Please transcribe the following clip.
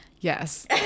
Yes